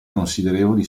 considerevoli